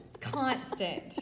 constant